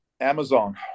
Amazon